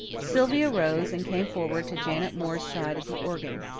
sylvia rose and came forward to janet moore's side at the organ.